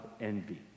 envy